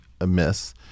amiss